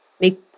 make